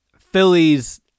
Phillies